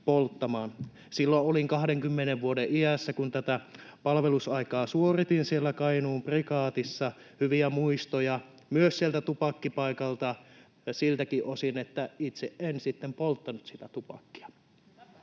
Silloin olin 20 vuoden iässä, kun tätä palvelusaikaa suoritin siellä Kainuun prikaatissa. Hyviä muistoja myös sieltä tupakkipaikalta — siltäkin osin, että itse en sitten polttanut sitä tupakkia.